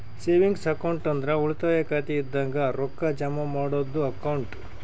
savings account ಅಂದ್ರ ಉಳಿತಾಯ ಖಾತೆ ಇದಂಗ ರೊಕ್ಕಾ ಜಮಾ ಮಾಡದ್ದು ಅಕೌಂಟ್